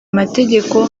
amategeko